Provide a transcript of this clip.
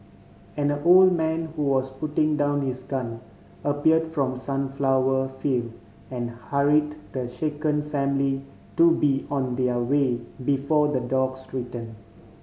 an old man who was putting down his gun appeared from sunflower field and hurried the shaken family to be on their way before the dogs return